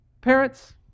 Parents